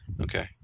Okay